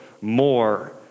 more